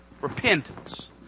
Repentance